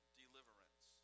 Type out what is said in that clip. deliverance